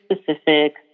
specific